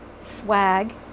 swag